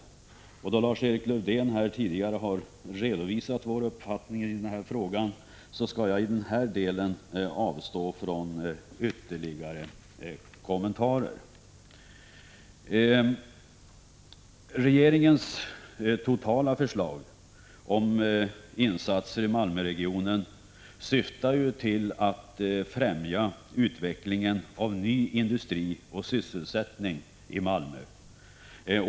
Då Lars-Erik Lövdén här tidigare har redovisat vår uppfattning i denna fråga skall jag i den här delen avstå från ytterligare kommentarer. Regeringens totala förslag om insatser i Malmöregionen syftar ju till att främja utvecklingen av ny industri och sysselsättning i Malmö.